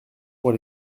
pour